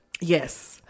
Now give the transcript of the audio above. Yes